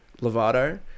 Lovato